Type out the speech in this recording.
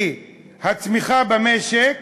כי הצמיחה במשק